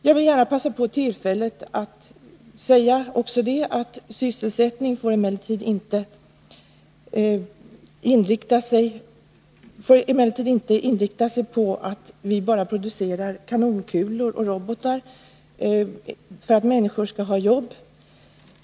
Jag vill gärna passa på tillfället att också säga att sysselsättningen inte får inriktas så att vi bara producerar kanonkulor och robotar för att människor skall ha jobb.